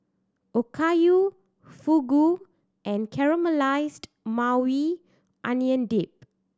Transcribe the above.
Okayu Fugu and Caramelized Maui Onion Dip